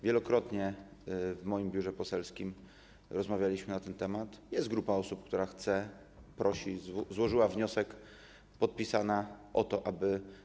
Wielokrotnie w moim biurze poselskim rozmawialiśmy na ten temat, bo jest grupa osób, która chce, prosi, złożyła wniosek, podpisała, o to, aby.